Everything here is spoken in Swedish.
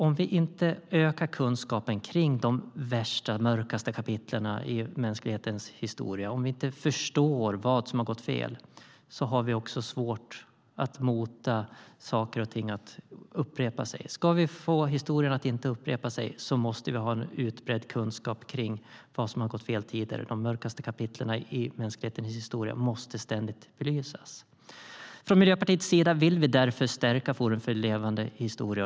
Om vi inte ökar kunskapen om de värsta och mörkaste kapitlen i mänsklighetens historia, om vi inte förstår vad som har gått fel, då har vi också svårt att motarbeta att saker och ting upprepar sig. Ska vi få historien att inte upprepa sig måste vi ha utbredd kunskap om vad som har gått fel tidigare. De mörkaste kapitlen i mänsklighetens historia måste ständigt belysas. Från Miljöpartiets sida vill vi därför stärka Forum för levande historia.